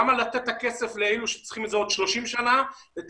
למה לתת את הכסף לאלו שצריכים את זה עוד 30 שנה לתשתיות,